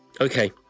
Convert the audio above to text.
Okay